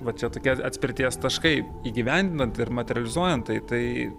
va čia tokie atspirties taškai įgyvendinant ir materializuojant tai tai